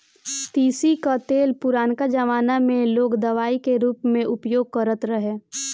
तीसी कअ तेल पुरनका जमाना में लोग दवाई के रूप में उपयोग करत रहे